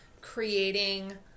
creating